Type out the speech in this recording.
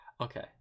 okay